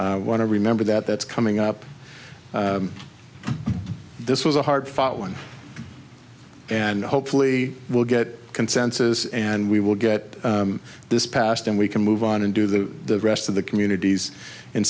i want to remember that that's coming up this was a hard fought one and hopefully we'll get a consensus and we will get this passed and we can move on and do the rest of the communities in